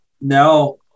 now